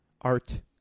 art